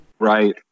Right